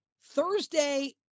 Thursday